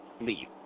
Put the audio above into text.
leave